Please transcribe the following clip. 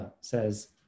says